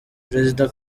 perezida